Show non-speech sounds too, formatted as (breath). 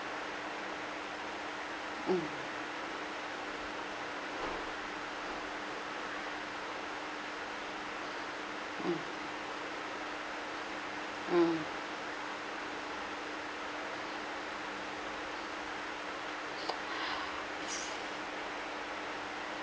mm mm mm (breath)